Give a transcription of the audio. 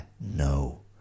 no